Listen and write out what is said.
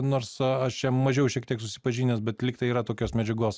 nors aš čia mažiau šiek tiek susipažinęs bet lyg tai yra tokios medžiagos